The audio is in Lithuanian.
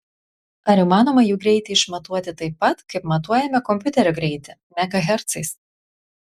ar įmanoma jų greitį išmatuoti taip pat kaip matuojame kompiuterio greitį megahercais